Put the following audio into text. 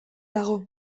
dago